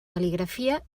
cal·ligrafia